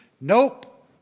Nope